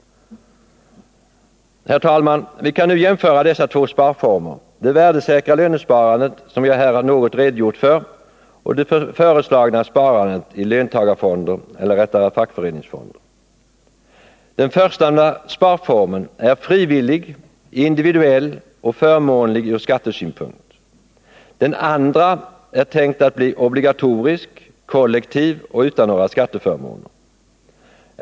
Herr talman! Vi kan nu jämföra dessa två sparformer, det värdesäkra lönsparandet som jag här har något redogjort för och det föreslagna sparandet i löntagarfonder eller rättare fackföreningsfonder. Den förstnämnda sparformen är frivillig, individuell och förmånlig ur skattesynpunkt. Den andra är tänkt att bli obligatorisk, kollektiv och utan några skatteförmåner.